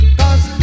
cause